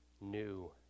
new